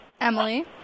Emily